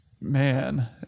Man